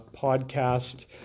podcast